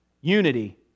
unity